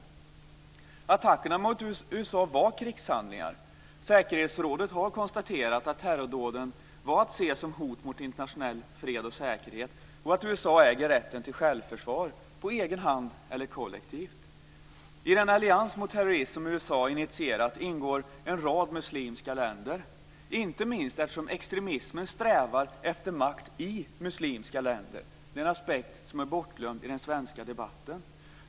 Attackerna mot USA var krigshandlingar. Säkerhetsrådet har konstaterat att terrordåden var att se som hot mot internationell fred och säkerhet och att USA äger rätten till självförsvar, på egen hand eller kollektivt. I den allians mot terrorism som USA initierat ingår en rad muslimska länder, inte minst eftersom extremismen strävar efter makt i muslimska länder. Det är en aspekt som är bortglömd i den svenska debatten.